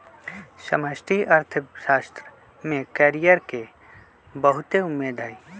समष्टि अर्थशास्त्र में कैरियर के बहुते उम्मेद हइ